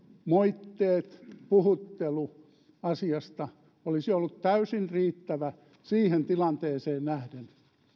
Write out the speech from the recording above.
moitteet puhuttelu asiasta olisi ollut täysin riittävä siihen tilanteeseen nähden